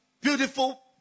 beautiful